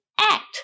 act